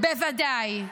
בוודאי.